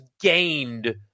gained